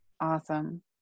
Awesome